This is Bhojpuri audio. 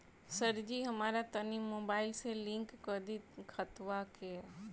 सरजी हमरा तनी मोबाइल से लिंक कदी खतबा के